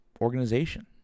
organization